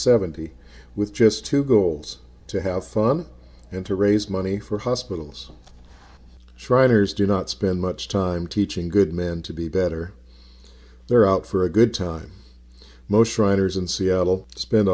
seventy with just two goals to have fun and to raise money for hospitals shriners do not spend much time teaching good men to be better they're out for a good time most writers in seattle spend